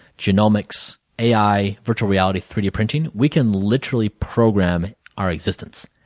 genomics, ai, virtual reality, three d printing, we can literally program our existence.